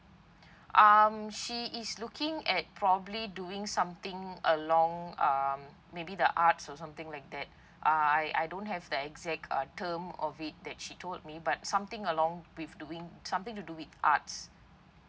um she is looking at probably doing something along um maybe the arts or something like that uh I I don't have the exact uh term of it that she told me but something along with doing something to do with arts